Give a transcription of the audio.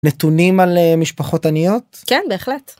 נתונים על משפחות עניות? כן, בהחלט.